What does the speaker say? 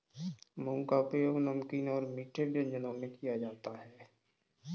मूंग का उपयोग नमकीन और मीठे व्यंजनों में किया जाता है